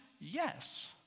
Yes